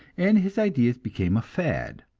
and his ideas became a fad,